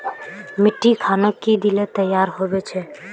मिट्टी खानोक की दिले तैयार होबे छै?